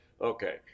Okay